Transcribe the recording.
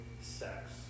sex